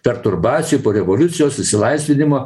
perturbacijų po revoliucijos išsilaisvinimo